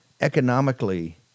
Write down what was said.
economically